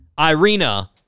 Irina